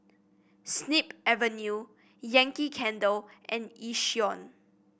Snip Avenue Yankee Candle and Yishion